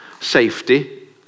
safety